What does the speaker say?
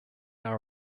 are